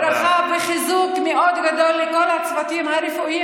ברכה וחיזוק מאוד גדול לכל הצוותים הרפואיים